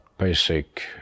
basic